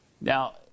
Now